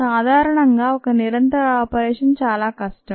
సాధారణంగా ఒక నిరంతర ఆపరేషన్ చాలా కష్టం